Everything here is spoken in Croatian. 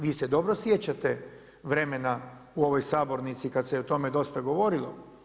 Vi se dobro sjećate vremena u ovoj sabornici kad se o tome dosta govorilo.